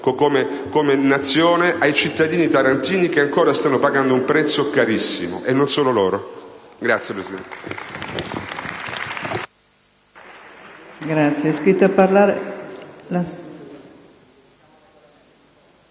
come Nazione, ai cittadini tarantini che ancora stanno pagando un prezzo carissimo (e non solo loro). *(Applausi